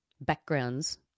backgrounds